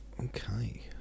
Okay